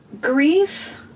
Grief